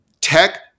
tech